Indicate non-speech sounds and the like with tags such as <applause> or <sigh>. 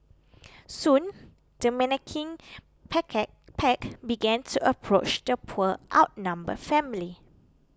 soon the menacing <unintelligible> pack began to approach the poor outnumbered family